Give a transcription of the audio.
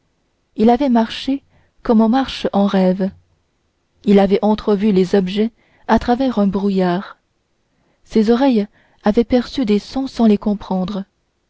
il avait marché comme on marche en rêve il avait entrevu les objets à travers un brouillard ses oreilles avaient perçu des sons sans les comprendre